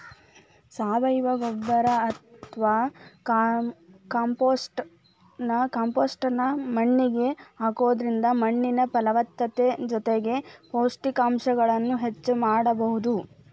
ಸಾವಯವ ಗೊಬ್ಬರ ಅತ್ವಾ ಕಾಂಪೋಸ್ಟ್ ನ್ನ ಮಣ್ಣಿಗೆ ಹಾಕೋದ್ರಿಂದ ಮಣ್ಣಿನ ಫಲವತ್ತತೆ ಜೊತೆಗೆ ಪೋಷಕಾಂಶಗಳನ್ನ ಹೆಚ್ಚ ಮಾಡಬೋದು